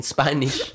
Spanish